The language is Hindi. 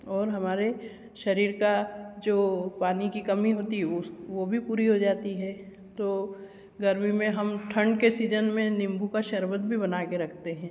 और हमारे शरीर का जो पानी की कमी होती है वह भी पूरी हो जाती है तो गर्मी में हम ठंड के सीजन में निम्बू का शरबत भी हम बनाकर रखते हैं